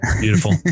Beautiful